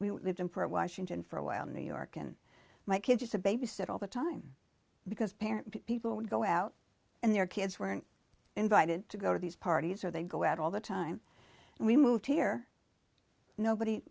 we lived in for washington for a while in new york and my kids to babysit all the time because parent people would go out and their kids were invited to go to these parties or they go out all the time and we moved here nobody